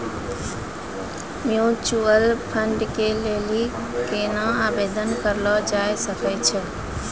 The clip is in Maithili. म्यूचुअल फंड के लेली केना आवेदन करलो जाय सकै छै?